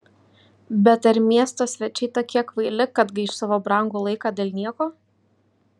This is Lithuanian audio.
bet ar mieto svečiai tokie kvaili kad gaiš savo brangų laiką dėl nieko